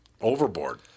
overboard